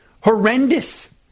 horrendous